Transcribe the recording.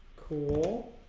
cool